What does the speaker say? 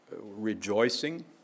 rejoicing